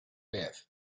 bed